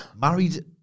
married